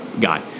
guy